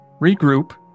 regroup